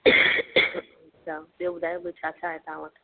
अच्छा ॿियो ॿुधायो ॿियो छा छा आहे तव्हां वटि